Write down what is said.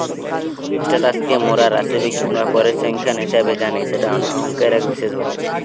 status কে মোরা রাশিবিজ্ঞান বা পরিসংখ্যান হিসেবে জানি যেটা অংকের এক বিশেষ ভাগ